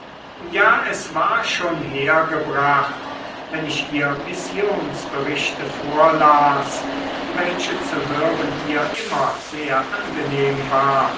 ja es war schon hergebracht wenn ich ihr missionsberichte vorlas welche zu hören ihr immer sehr angenehm war